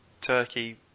turkey